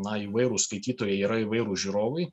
na įvairūs skaitytojai yra įvairūs žiūrovai